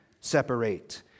separate